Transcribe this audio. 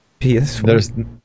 PS4